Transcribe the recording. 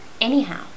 anyhow